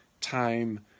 Time